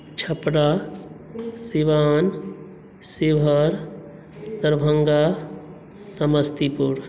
Chhapra Siwan Sheohar Darbhanga Samastipur